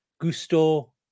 Gusto